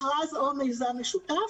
מכרז או מיזם משותף,